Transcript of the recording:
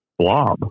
blob